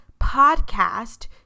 podcast